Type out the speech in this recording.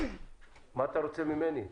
מה אתה רוצה ממני?